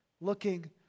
Looking